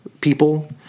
people